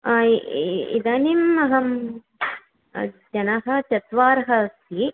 हा इदानीम् अहं जनाः चत्वारः अस्ति